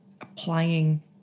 applying